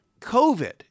COVID